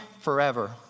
forever